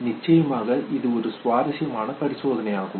நிச்சயமாக இது ஒரு சுவாரசியமான பரிசோதனையாகும்